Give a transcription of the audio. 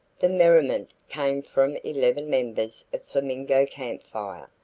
the merriment came from eleven members of flamingo camp fire,